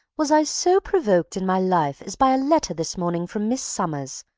was i so provoked in my life as by a letter this morning from miss summers.